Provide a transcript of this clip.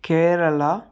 Kerala